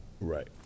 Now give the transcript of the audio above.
Right